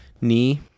Knee